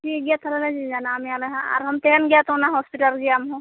ᱴᱷᱤᱠ ᱜᱮᱭᱟ ᱛᱟᱦᱚᱞᱮ ᱡᱟᱱᱟᱚ ᱢᱮᱭᱟᱞᱮ ᱦᱟᱜ ᱟᱨᱦᱚᱸᱢ ᱛᱟᱸᱦᱮᱱ ᱜᱮᱭᱟ ᱛᱳ ᱚᱱᱟ ᱦᱳᱥᱯᱤᱴᱟᱞ ᱨᱮᱜᱮ ᱟᱢᱦᱚᱸ